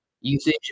Usage